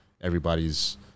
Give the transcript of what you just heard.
everybody's